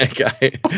Okay